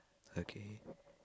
okay